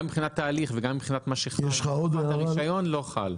גם מבחינת ההליך וגם מבחינת משך הרישיון לא חל.